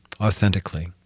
authentically